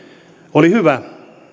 oli hyvä